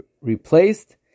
replaced